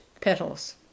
petals